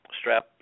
strap